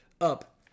up